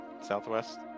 Southwest